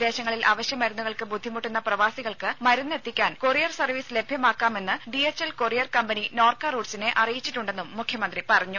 വിദേശങ്ങളിൽ അവശ്യമരുന്നുകൾക്ക് ബുദ്ധിമുട്ടുന്ന പ്രവാസികൾക്ക് മരുന്ന് എത്തിക്കാൻ കൊറിയർ സർവീസ് ലഭ്യമാക്കാമെന്ന് ഡിഎച്ച്എൽ കൊറിയർ കമ്പനി നോർക്ക റൂട്ട്സിനെ അറിയിച്ചിട്ടുണ്ടെന്നും മുഖ്യമന്ത്രി പറഞ്ഞു